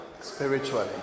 spiritually